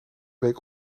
week